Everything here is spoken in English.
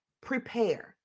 prepare